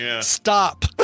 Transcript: Stop